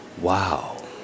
Wow